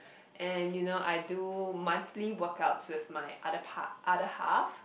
and you know I do monthly workouts with my other part~ other half